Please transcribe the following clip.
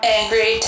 Angry